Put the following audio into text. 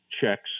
checks